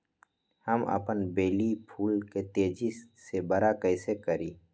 हम अपन बेली फुल के तेज़ी से बरा कईसे करी?